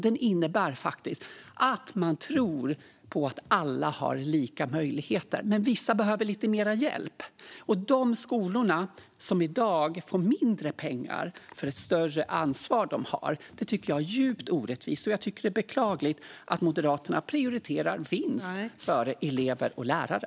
Den innebär att man tror på att alla har lika möjligheter, men vissa behöver lite mer hjälp. Att de kommunala skolorna i dag får mindre pengar för det större ansvar som de har tycker jag är djupt orättvist. Det är beklagligt att Moderaterna prioriterar vinst före elever och lärare.